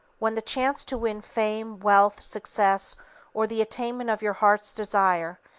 when the chance to win fame, wealth, success or the attainment of your heart's desire,